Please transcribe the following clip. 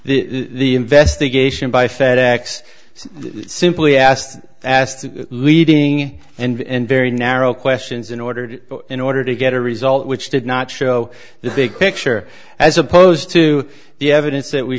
the investigation by fed ex simply asked asked leading and very narrow questions in order to in order to get a result which did not show the big picture as opposed to the evidence that we